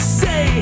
say